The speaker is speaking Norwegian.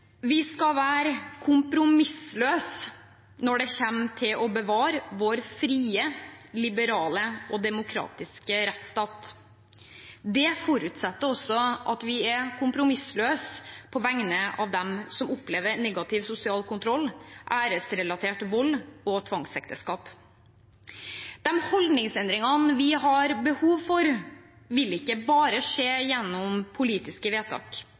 Vi skal være kompromissløse når det kommer til å bevare vår frie, liberale og demokratiske rettsstat. Det forutsetter også at vi er kompromissløse på vegne av dem som opplever negativ sosial kontroll, æresrelatert vold og tvangsekteskap. De holdningsendringene vi har behov for, vil ikke bare skje gjennom politiske vedtak.